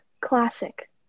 classic